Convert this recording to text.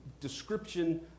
description